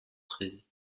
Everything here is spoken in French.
treize